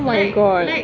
oh my god